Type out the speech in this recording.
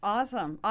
Awesome